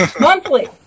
Monthly